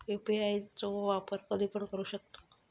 UPI चो वापर कधीपण करू शकतव?